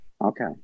Okay